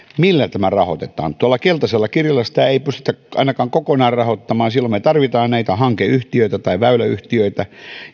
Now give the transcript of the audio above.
millä tämä rahoitetaan tuolla keltaisella kirjalla sitä ei pystytä ainakaan kokonaan rahoittamaan silloin me tarvitsemme hankeyhtiöitä tai väyläyhtiöitä